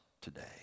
today